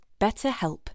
BetterHelp